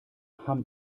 hamm